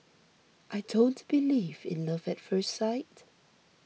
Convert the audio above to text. I don't believe in love at first sight